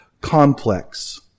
complex